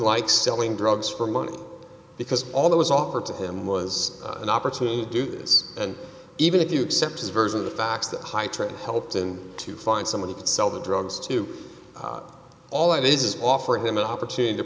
likes selling drugs for money because all that was offered to him was an opportunity do this and even if you accept his version of the facts that high trade helped him to find somebody to sell the drugs to all that is offering him an opportunity to